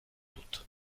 dut